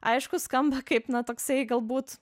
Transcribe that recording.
aišku skamba kaip na toksai galbūt